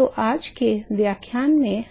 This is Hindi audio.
तो आज के व्याख्यान में